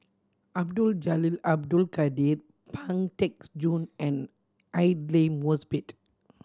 Abdul Jalil Abdul Kadir Pang Teck Joon and Aidli Mosbit